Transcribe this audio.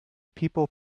people